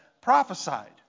prophesied